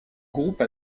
groupe